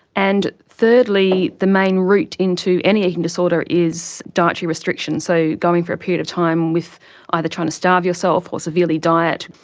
and thirdly the main route into any eating disorder is dietary restrictions, so going for a period time with either trying to starve yourself or severely diet.